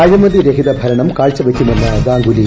അഴിമതി രഹിത ഭരണം കാഴ്ചവെയ്ക്കുമെന്ന് ഗാംഗുലി